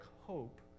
hope